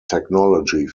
technology